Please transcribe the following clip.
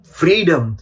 freedom